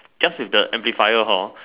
just with the amplifier hor